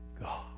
God